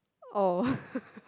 oh